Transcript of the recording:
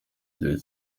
igihe